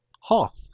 Hoth